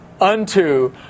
unto